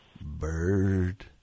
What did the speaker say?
Bird